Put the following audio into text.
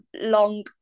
long